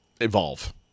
evolve